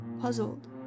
puzzled